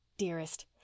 Dearest